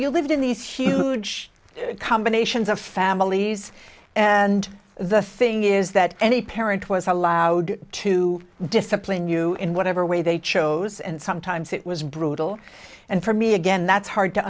you lived in these huge combinations of families and the thing is that any parent was allowed to discipline you in whatever way they chose and sometimes it was brutal and for me again that's hard to